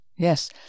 Yes